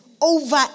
over